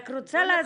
אני רק רוצה להזכיר